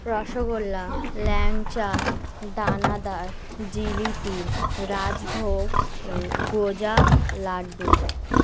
রসগোল্লা ল্যাংচা দানাদার জিলিপি রাজভোগ গজা লাড্ডু